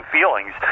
Feelings